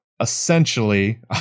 essentially